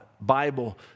Bible